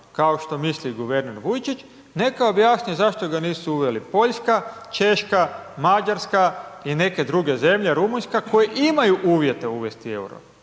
kao što misli guverner Vujčić, neka objasni zašto ga nisu uveli Poljska, Češka, Mađarska i neke druge zemlje, Rumunjska, koje imaju uvjete uvesti EUR-o,